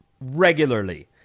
Regularly